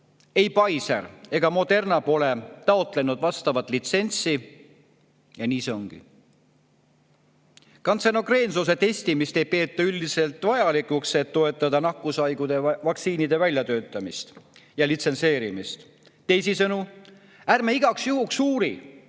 Ei Pfizer ega Moderna pole taotlenud vastavat litsentsi. Ja nii see ongi. Kantserogeensuse testimist ei peeta üldiselt vajalikuks, et toetada nakkushaiguste vaktsiinide väljatöötamist ja litsentseerimist. Teisisõnu, ärme igaks juhuks uurime,